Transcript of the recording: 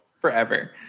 forever